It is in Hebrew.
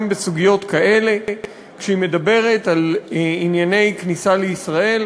בסוגיות כאלה כשהיא מדברת על ענייני כניסה לישראל.